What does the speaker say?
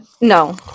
No